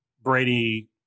Brady